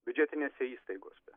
biudžetinėse įstaigose